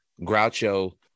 Groucho